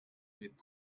with